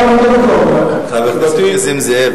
לא, אבל מכל מקום, תשובתי, חבר הכנסת נסים זאב,